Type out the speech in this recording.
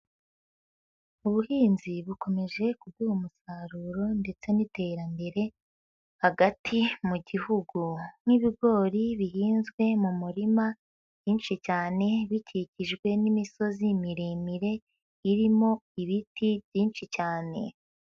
Ubuhinzi bukomeje kuduha umusaruro ndetse n'iterambere hagati mu gihugu. Nk'ibigori bihinzwe mu murima byinshi cyane bikikijwe n'imisozi miremire irimo ibiti byinshi cyane.